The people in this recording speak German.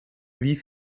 wie